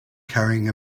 carrying